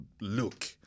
look